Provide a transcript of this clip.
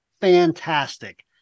fantastic